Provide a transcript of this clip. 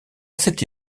cette